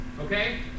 Okay